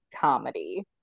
comedy